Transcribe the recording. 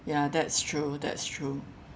ya that's true that's true